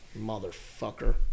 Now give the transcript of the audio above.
motherfucker